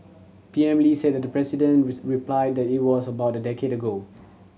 P M Lee said that the president replied that it was about a decade ago